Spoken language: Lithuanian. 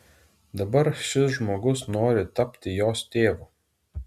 dabar šis žmogus nori tapti jos tėvu